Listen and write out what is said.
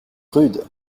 rude